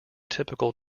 typical